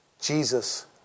Jesus